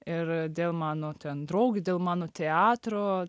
ir dėl mano ten draugių dėl mano teatro